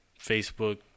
Facebook